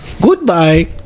Goodbye